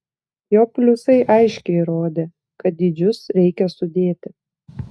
jo pliusai aiškiai rodė kad dydžius reikia sudėti